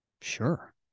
Sure